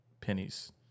pennies